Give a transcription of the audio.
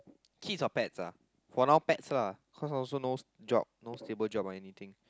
kids or pets ah for now pets lah cause I also no job no stable job or anything